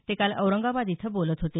ते काल औरंगाबाद इथं बोलत होते